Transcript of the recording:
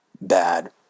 bad